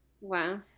wow